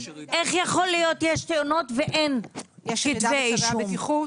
איך יכול להיות יש תאונות ואין כתבי אישום?